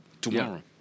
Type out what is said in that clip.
tomorrow